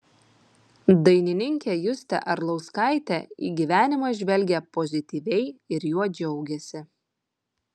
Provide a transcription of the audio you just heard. dainininkė justė arlauskaitė į gyvenimą žvelgia pozityviai ir juo džiaugiasi